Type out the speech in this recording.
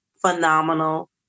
phenomenal